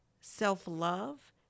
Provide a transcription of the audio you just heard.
self-love